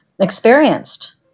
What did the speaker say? experienced